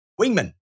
wingman